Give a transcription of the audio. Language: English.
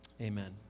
Amen